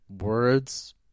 words